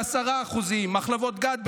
ב-10%; מחלבות גד,